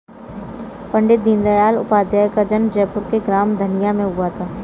पण्डित दीनदयाल उपाध्याय का जन्म जयपुर के ग्राम धनिया में हुआ था